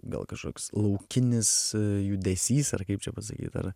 gal kažkoks laukinis judesys ar kaip čia pasakyt ar